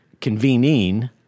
convening